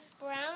brown